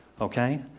okay